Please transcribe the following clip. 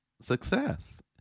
success